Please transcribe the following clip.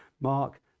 Mark